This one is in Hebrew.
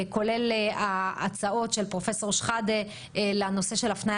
כולל ההצעות של פרופ' שחאדה לנושא של הפניה